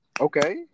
Okay